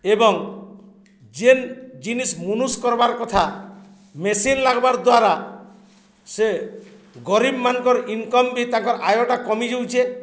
ଏବଂ ଯେନ୍ ଜିନିଷ୍ ମନୁଷ କର୍ବାର୍ କଥା ମେସିନ୍ ଲାଗ୍ବାର୍ ଦ୍ୱାରା ସେ ଗରିବ୍ମାନଙ୍କର ଇନକମ୍ ବି ତାଙ୍କର ଆୟଟା କମିଯାଉଛେ